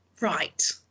Right